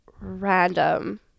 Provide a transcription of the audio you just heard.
random